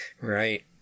right